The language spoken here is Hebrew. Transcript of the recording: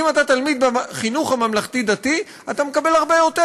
אם אתה תלמיד בחינוך הממלכתי-דתי אתה מקבל הרבה יותר.